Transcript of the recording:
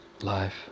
life